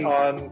on